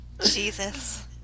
Jesus